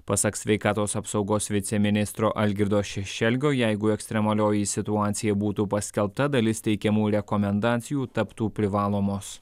pasak sveikatos apsaugos viceministro algirdo šešelgio jeigu ekstremalioji situacija būtų paskelbta dalis teikiamų rekomendacijų taptų privalomos